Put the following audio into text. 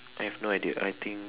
I have no idea I think